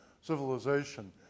civilization